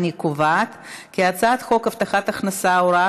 אני קובעת כי הצעת חוק הבטחת הכנסה (הוראת